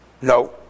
No